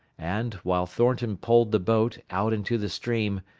and, while thornton poled the boat out into the stream,